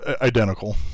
identical